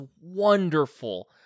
wonderful